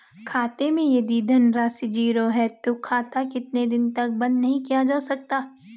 खाते मैं यदि धन राशि ज़ीरो है तो खाता कितने दिन तक बंद नहीं किया जा सकता?